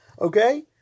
Okay